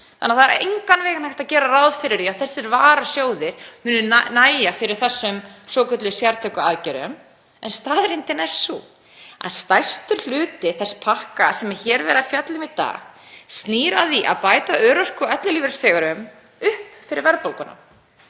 Það er því engan veginn hægt að gera ráð fyrir því að þessir varasjóðir muni nægja fyrir þessum svokölluðu sértæku aðgerðum. En staðreyndin er sú að stærstur hluti þess pakka sem hér er verið að fjalla um í dag snýr að því að bæta örorku- og ellilífeyrisþegum upp verðbólguna.